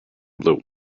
blue